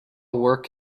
work